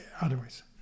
Otherwise